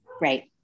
right